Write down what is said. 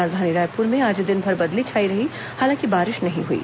राजधानी रायपुर में आज दिनभर बदली छाई रही हालांकि बारिश नहीं हुई